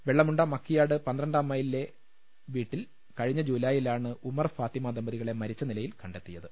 വെള്ളമുണ്ട മക്കിയാട് പന്ത്രണ്ടാം മൈലിലെ വീട്ടിൽ കഴിഞ്ഞ ജൂലായിലാണ് ഉമ്മർ ഫാത്തിമ ദമ്പതികളെ മരിച്ച നിലയിൽ കണ്ടെത്തിയത്